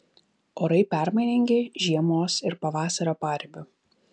orai permainingi žiemos ir pavasario paribiu